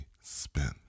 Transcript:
spent